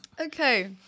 Okay